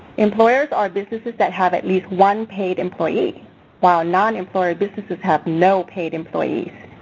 employers are businesses that have at least one paid employee while a non-employer businesses have no paid employees.